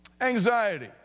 Anxiety